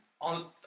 on